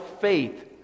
faith